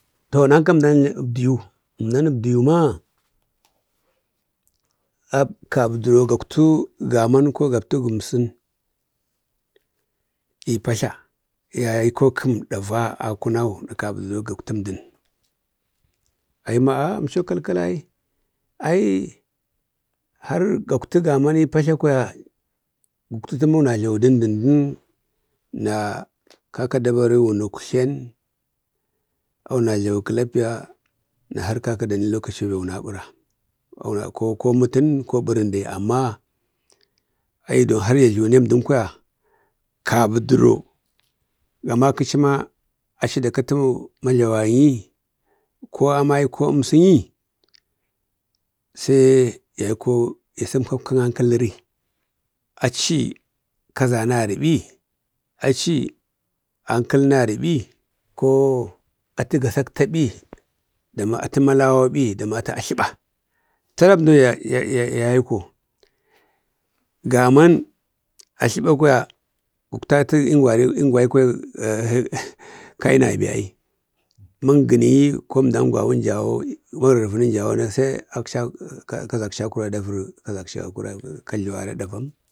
To nanka əmdan əbdiyu ma ap kabəro gaktu gaman ko gaktu gəmsən i patla yai ko kəm ɗava kabuɗəro gaktum əmdən? əmcho kalkala ai, ai har gaktu gaman i patla kwaya guktu tu ma awun na jlawi i dəndəndən. Na kaka da bariwun uktlen, awun na jlawi kəlapiya na har kaka dam lokachi, nbe awun na ɓara. Awun na ɓara, ko mətən ko bəran, amma dai agi duwon har na jluwu nen əmdən kwaya kabuduro ga makəchi ma achi da kati ma jlawarji, ko amai ko əmsəni, sai yaiko, sa səmpa ptan ankaləri. Achi kazan agari ɓi, achi ankaləri agari ɓi, ko atu gasaktaɓiu dama atu malawa ɓi dama atu atləɓa? Tala əmdo ya yaiko. Gaman atləɓa kwaya guktatu in əngwai kwaya ai kai nabe ai. Magənəji jawo ko əmdan gwawan jawo, magrarvənən jawona sai kazakchi a kura gaɗu klajluwara ɗavam.